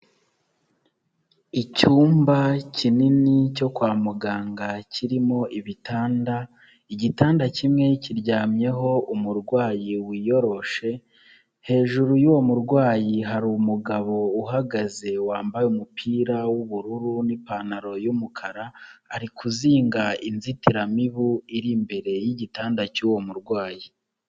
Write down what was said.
Icyumba kinini cyo kwa muganga kirimo ibitanda. Igitanda kimwe kiryamyeho umurwayi wiyoroshe, hejuru y'uwo murwayi hari umugabo uhagaze wambaye umupira w'ubururu n'ipantaro y'umukara ari kuzinga inzitiramibu iri imbere yigitanda cy'uwo murwayi.